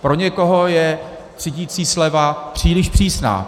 Pro někoho je třídicí sleva příliš přísná.